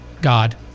God